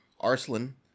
Arslan